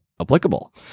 applicable